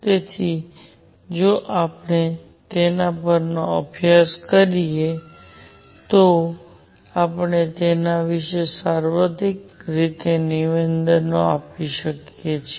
તેથી જો આપણે તેનો અભ્યાસ કરીએ તો આપણે તેના વિશે સાર્વત્રિક રીતે નિવેદનો આપી શકીએ છીએ